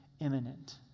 imminent